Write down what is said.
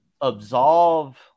absolve